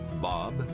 Bob